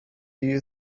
you